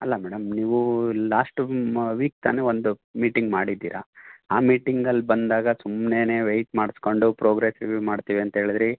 ಅಲ್ಲ ಮೇಡಮ್ ನೀವು ಲಾಶ್ಟು ಮ ವೀಕ್ ತಾನೆ ಒಂದು ಮೀಟಿಂಗ್ ಮಾಡಿದ್ದೀರಿ ಆ ಮೀಟಿಂಗಲ್ಲಿ ಬಂದಾಗ ಸುಮ್ನೆಯೇ ವೆಯ್ಟ್ ಮಾಡಿಸ್ಕೊಂಡು ಪ್ರೋಗ್ರೆಸ್ ರಿವೀವ್ ಮಾಡ್ತೀವಿ ಅಂಥೇಳಿದ್ರಿ